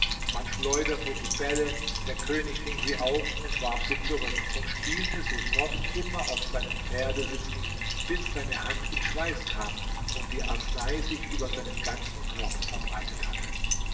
man schleuderte die bälle der könig fing sie auf warf sie zurück und spielte so fort immer auf seinem pferde sitzend bis seine hand in schweiß kam und die arznei sich über seinen ganzen körper verbreitet hatte